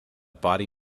body